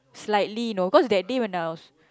slightly you know because that day when I was